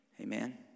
Amen